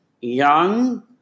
Young